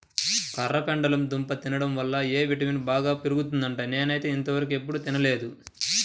కర్రపెండలం దుంప తింటం వల్ల ఎ విటమిన్ బాగా పెరుగుద్దంట, నేనైతే ఇంతవరకెప్పుడు తినలేదు